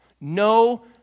no